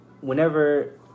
whenever